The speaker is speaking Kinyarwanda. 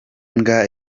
mbwa